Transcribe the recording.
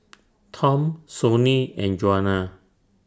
Tom Sonny and Juana